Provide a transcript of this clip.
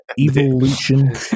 Evolution